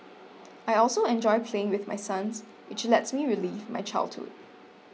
I also enjoy playing with my sons which lets me relive my childhood